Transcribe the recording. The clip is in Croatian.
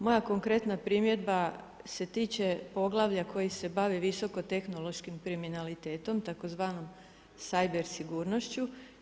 Moja konkretna primjedba se tiče poglavlja koji se bavi visoko tehnološkim kriminalitetom tzv. cyber sigurnošću.